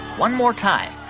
one more time.